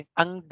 ang